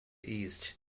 east